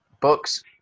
books